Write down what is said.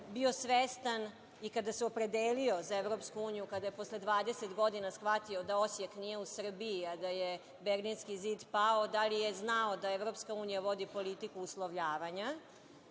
bio svestan, i kada se opredelio za EU, kada je posle 20 godina shvatio da Osjek nije u Srbiji, a da je Berlinski zid pao, da li je znao da EU vodi politiku uslovljavanja?